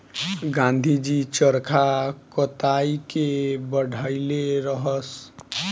गाँधी जी चरखा कताई के बढ़इले रहस